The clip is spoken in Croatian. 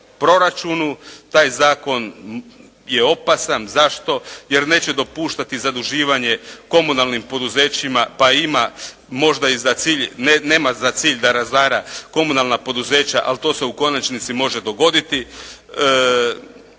proračunu, taj zakon je opasan. Zašto? Jer neće dopuštati zaduživanje komunalnim poduzećima pa nema za cilj da razara komunalna poduzeća, ali to se u konačnici može dogoditi.